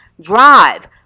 drive